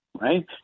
right